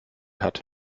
hat